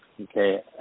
Okay